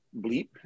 bleep